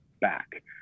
back